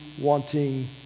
wanting